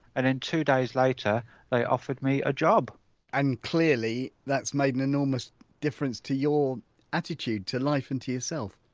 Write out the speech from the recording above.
and then two days later they offered me a job and clearly that's made an enormous difference to your attitude to life and to yourself?